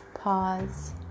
pause